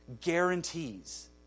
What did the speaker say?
guarantees